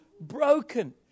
broken